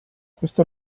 questo